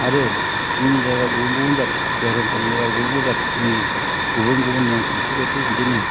आरो जोंनि जायगायाव गुबुन गुबुन जाथि धोरोमफोरनि गुबुन गुबुन जाथिफोरनि गुबुन गुबुन नेमखान्थि बादियै बिदिनो